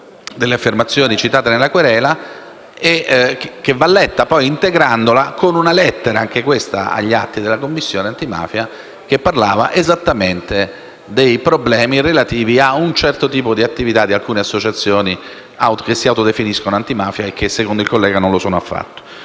delle affermazioni citate nella querela e che va poi letta integrandola con una lettera, anche questa agli atti della Commissione antimafia, che parlava esattamente dei problemi relativi ad un certo tipo di attività di alcune associazioni che si autodefiniscono antimafia e che, secondo il collega, non lo sono affatto.